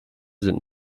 sind